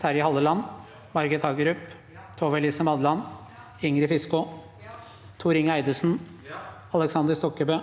Terje Halleland, Margret Hagerup, Tove Elise Madland, Ingrid Fiskaa, Tor Inge Eidesen, Aleksander Stokkebø,